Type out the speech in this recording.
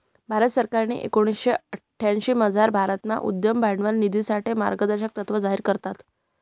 भारत सरकारनी एकोणीशे अठ्यांशीमझार भारतमा उद्यम भांडवल निधीसाठे मार्गदर्शक तत्त्व जाहीर करात